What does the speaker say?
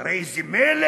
תראה איזה מלל,